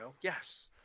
Yes